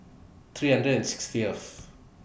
three hundred and sixtieth